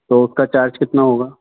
تو اس کا چارج کتنا ہوگا